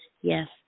yes